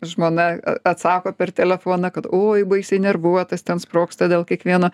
žmona atsako per telefoną kad oi baisiai nervuotas ten sprogsta dėl kiekvieno